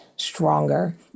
stronger